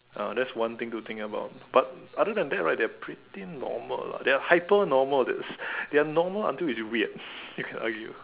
uh that's one thing to think about but other than that right they are pretty normal lah they are hyper normal they are normal until it's weird I can argue